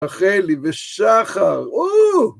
רחלי ושחר!